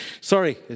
Sorry